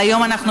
והיום אנחנו